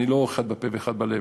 אני לא אחד בפה ואחד בלב.